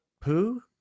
poo